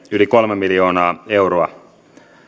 yli kolme miljoonaa euroa